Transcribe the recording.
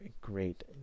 great